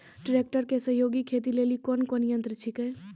Tractor के सहयोगी खेती लेली कोन कोन यंत्र छेकै?